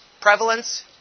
Prevalence